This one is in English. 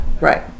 Right